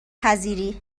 پذیری